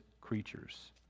creatures